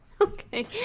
Okay